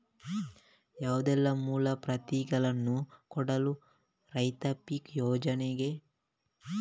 ಯಾವುದೆಲ್ಲ ಮೂಲ ಪ್ರತಿಗಳನ್ನು ಕೊಡಬೇಕು ರೈತಾಪಿ ಯೋಜನೆಗೆ?